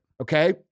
Okay